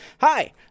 Hi